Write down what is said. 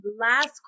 Last